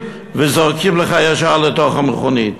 וזורקים לך ישר לתוך המכונית.